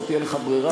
לא תהיה לך ברירה,